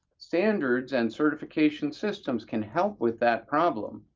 standards and certification systems can help with that problem,